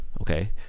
Okay